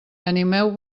animeu